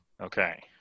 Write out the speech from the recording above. Okay